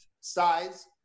Size